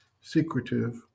secretive